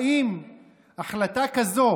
האם החלטה כזו,